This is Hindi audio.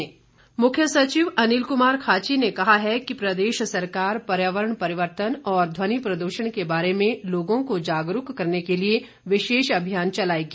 मुख्य सचिव मुख्य सचिव अनिल कुमार खाची ने कहा है कि प्रदेश सरकार पर्यावरण परिवर्तन और ध्वनि प्रद्षण के बारे में लोगों को जागरूक करने के लिए विशेष अभियान चलाएगी